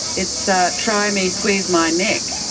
it's ah try me, squeeze my neck'.